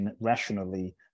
rationally